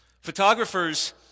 Photographers